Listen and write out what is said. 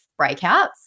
breakouts